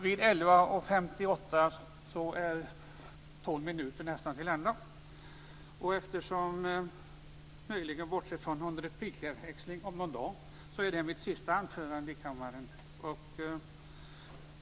Vid 11 minuter och 58 sekunder är mina tolv minuters talartid nästan till ända. Det är, möjligen bortsett från någon replikväxling om någon dag, mitt sista anförande i kammaren.